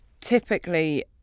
typically